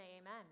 amen